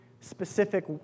specific